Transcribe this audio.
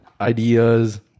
ideas